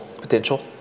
potential